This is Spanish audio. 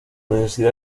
universidad